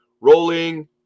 rolling